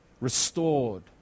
restored